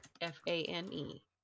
F-A-N-E